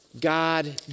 God